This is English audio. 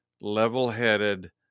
level-headed